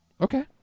Okay